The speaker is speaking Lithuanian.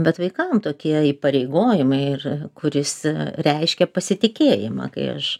bet vaikam tokie įpareigojimai ir kuris reiškia pasitikėjimą kai aš